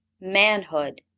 Manhood